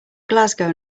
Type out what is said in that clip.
glasgow